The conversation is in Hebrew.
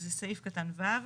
זה סעיף קטן (ו)(1).